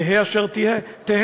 תהא אשר תהא,